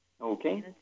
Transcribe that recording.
Okay